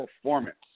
performance